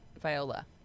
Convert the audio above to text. Viola